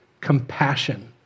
compassion